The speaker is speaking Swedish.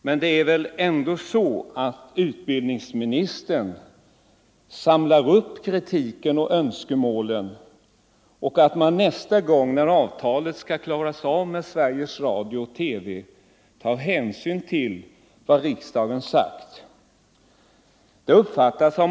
Men utbildningsministern samlar väl upp kritiken och önskemålen och tar nästa gång avtal skall träffas med Sveriges Radio hänsyn till vad riksdagen har sagt.